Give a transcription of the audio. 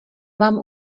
vám